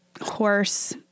horse